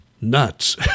nuts